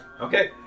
Okay